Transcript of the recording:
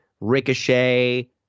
Ricochet